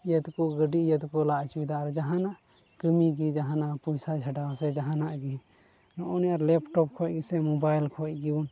ᱤᱭᱟᱹ ᱛᱮᱠᱚ ᱜᱟᱹᱰᱤ ᱤᱭᱟᱹ ᱛᱮᱠᱚ ᱞᱟ ᱦᱚᱪᱚᱭᱫᱟ ᱟᱨ ᱡᱟᱦᱟᱱᱟᱜ ᱠᱟᱹᱢᱤ ᱜᱮ ᱡᱟᱦᱟᱱᱟᱜ ᱯᱚᱭᱥᱟ ᱪᱷᱟᱰᱟ ᱥᱮ ᱡᱟᱦᱟᱱᱟᱜ ᱜᱮ ᱱᱚᱜᱼᱚᱱᱤᱭᱟᱹ ᱞᱮᱯᱴᱚᱯ ᱠᱷᱚᱱ ᱜᱮᱥᱮ ᱢᱳᱵᱟᱭᱤᱞ ᱠᱷᱚᱱ ᱜᱮᱵᱚᱱ